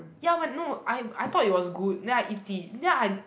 ya but no I I thought it was good then I eat it then I d~